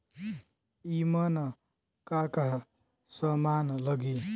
ईमन का का समान लगी?